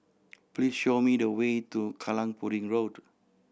please show me the way to Kallang Pudding Road